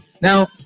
Now